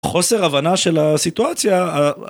חוסר הבנה של הסיטואציה.